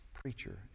preacher